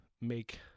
make